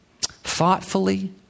thoughtfully